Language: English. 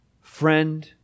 friend